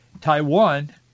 Taiwan